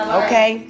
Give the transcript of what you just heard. okay